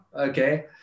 okay